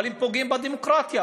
אבל הם פוגעים בדמוקרטיה,